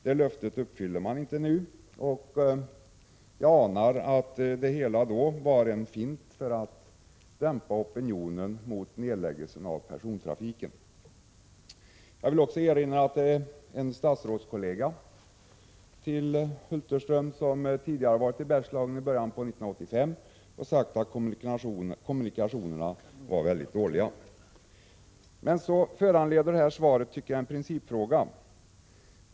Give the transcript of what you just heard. Det löftet uppfyller man inte nu, och jag anar att det var fråga om en fint för att dämpa opinionen mot nedläggningen av persontrafiken. Jag vill också erinra om att en av Sven Hulterströms statsrådskolleger, som besökte Bergslagen i början på 1985, sagt att kommunikationerna är mycket dåliga. Svaret föranleder en principfråga.